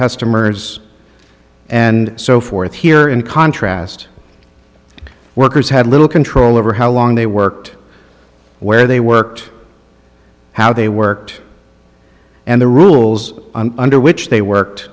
customers and so forth here in contrast workers had little control over how long they worked where they worked how they worked and the rules under which they worked